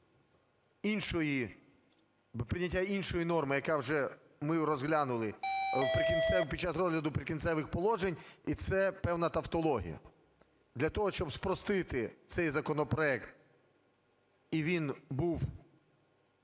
іншої... прийняття іншої норми, яку вже ми розглянули в "Прикінцевих..." під час розгляду "Прикінцевих положень", і це певна тавтологія. Для того, щоб спростити цей законопроект і він був